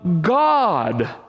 God